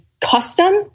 custom